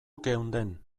geunden